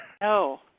No